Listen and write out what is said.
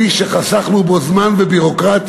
כלי שחסכנו אתו זמן וביורוקרטיה,